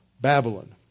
Babylon